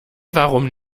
warum